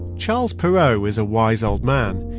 charles perrow is a wise old man.